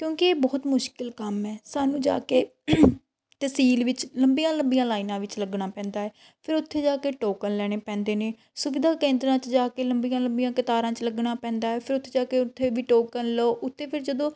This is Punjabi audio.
ਕਿਉਂਕਿ ਇਹ ਬਹੁਤ ਮੁਸ਼ਕਿਲ ਕੰਮ ਹੈ ਸਾਨੂੰ ਜਾ ਕੇ ਤਹਿਸੀਲ ਵਿੱਚ ਲੰਬੀਆਂ ਲੰਬੀਆਂ ਲਾਈਨਾਂ ਵਿੱਚ ਲੱਗਣਾ ਪੈਂਦਾ ਹੈ ਫਿਰ ਉੱਥੇ ਜਾ ਕੇ ਟੋਕਨ ਲੈਣੇ ਪੈਂਦੇ ਨੇ ਸੁਵਿਧਾ ਕੇਂਦਰਾਂ 'ਚ ਜਾ ਕੇ ਲੰਬੀਆਂ ਲੰਬੀਆਂ ਕਤਾਰਾਂ 'ਚ ਲੱਗਣਾ ਪੈਂਦਾ ਫਿਰ ਉੱਥੇ ਜਾ ਕੇ ਉੱਥੇ ਵੀ ਟੋਕਨ ਲਓ ਉੱਤੇ ਫਿਰ ਜਦੋਂ